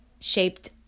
shaped